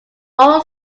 all